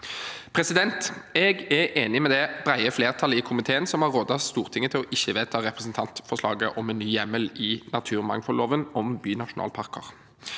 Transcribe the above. virkemidler. Jeg er enig med det brede flertallet i komiteen som har rådet Stortinget til ikke å vedta representantforslaget om en ny hjemmel i naturmangfoldloven om bynasjonalparker